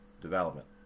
development